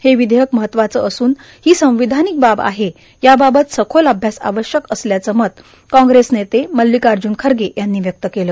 तर हे विधेयक महत्वाचं असून ही संविधानिक बाब असून याबाबत सखोल अभ्यास आवश्यक असल्याचं मत कांग्रेस नेते मल्लिकार्जून खरगे यांनी व्यक्त केलं